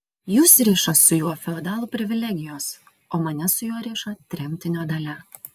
jus riša su juo feodalų privilegijos o mane su juo riša tremtinio dalia